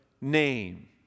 name